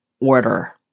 order